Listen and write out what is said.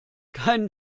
keinen